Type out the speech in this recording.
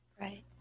Right